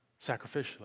sacrificially